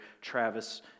Travis